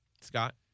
Scott